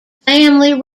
family